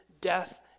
death